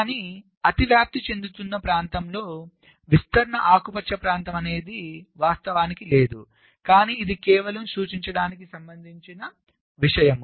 కానీ అతివ్యాప్తి చెందుతున్న ప్రాంతంలో విస్తరణ ఆకుపచ్చ ప్రాంతం అనేది వాస్తవానికి లేదు కానీ ఇది కేవలం సూచించడానికి సంబంధించిన విషయం